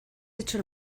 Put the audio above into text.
hecho